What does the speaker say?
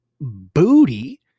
booty